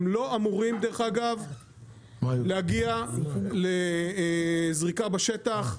הם לא אמורים דרך אגב להגיע לזריקה בשטח,